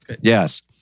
yes